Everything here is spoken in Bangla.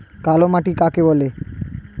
কালোমাটি কাকে বলে?